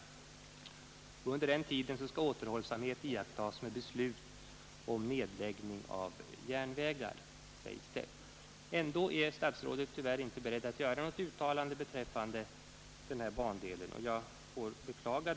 Till dess skall återhållsamhet iakttas med beslut om nedläggningar av järnvägar, sägs det. Ändå är statsrådet tyvärr inte beredd att göra något uttalande beträffande denna bandels framtid, vilket jag får beklaga.